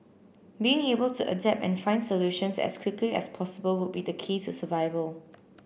being able to adapt and find solutions as quickly as possible would be the key to survival